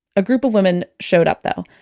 a group of women showed up though.